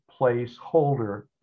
placeholder